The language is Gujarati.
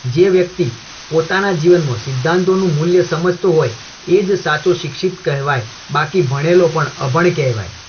જે વ્યક્તિ પોતાના જીવનમાં સિદ્ધાંતોનું મૂલ્ય સમજતો હોય એ જ સાચો શિક્ષિત કહેવાય બાકી ભણેલો પણ અભણ કહેવાય